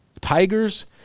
Tigers